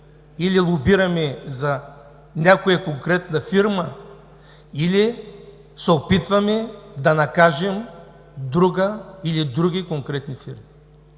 или лобираме за някоя конкретна фирма, или се опитваме да накажем друга, или други конкретни фирми.